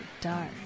Dark